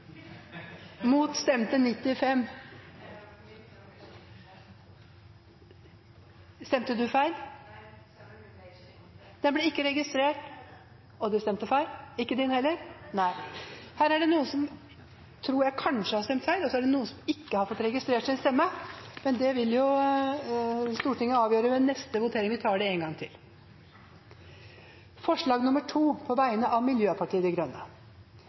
mot Ramsar-sekretariatets anbefalinger for området.» Voteringstavlene viste at det ble avgitt 95 stemmer mot forslaget og 2 stemmer for. Min stemme ble ikke registrert. Her er det noen som kanskje har stemt feil, og så er det noen som ikke har fått registrert sin stemme. Det vil Stortinget avgjøre ved en ny votering. Vi tar da voteringen en gang til. Det voteres alternativt mellom komiteens innstilling og forslag